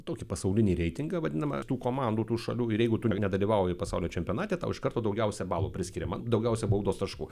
tokį pasaulinį reitingą vadinamą tų komandų tų šalių ir jeigu tu nedalyvauji pasaulio čempionate tau iš karto daugiausia balų priskiriama daugiausia baudos taškų